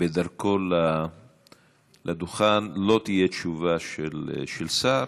בדרכו לדוכן, לא תהיה תשובה של שר.